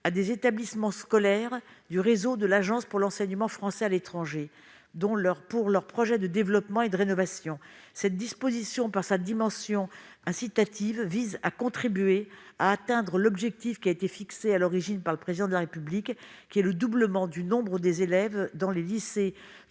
à des établissements scolaires du réseau de l'Agence pour l'enseignement français à l'étranger pour leurs projets de développement et de rénovation. Cette disposition, par sa dimension incitative, contribuerait à atteindre l'objectif fixé à l'origine par le Président de la République, qui est le doublement du nombre des élèves dans les lycées